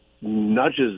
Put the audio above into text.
nudges